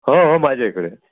हो हो माझ्या इकडे